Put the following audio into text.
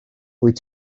wyt